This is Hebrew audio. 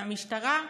והמשטרה,